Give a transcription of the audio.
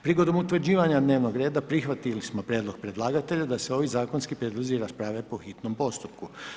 Prilikom utvrđivanja dnevnog reda prihvatili smo prijedlog predlagatelja da se ovi zakonski prijedlozi rasprave po hitnom postupku.